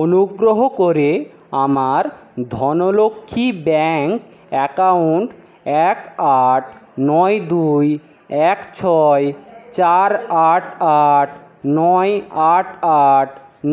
অনুগ্রহ করে আমার ধনলক্ষ্মী ব্যাঙ্ক অ্যাকাউন্ট এক আট নয় দুই এক ছয় চার আট আট নয় আট আট